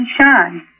shine